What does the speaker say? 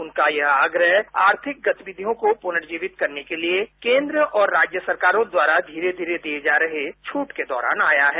उनका यह आग्रह आर्थिक गतिविधियों को पुनर्जिवित करने के लिए केंद्र और राज्य सरकारों द्वारा धीरे धीरे दी जा रहे छूट के दौरान आया है